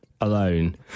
alone